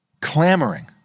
clamoring